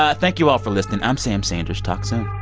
ah thank you all for listening. i'm sam sanders. talk soon